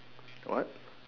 what